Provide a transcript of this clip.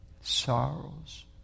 sorrows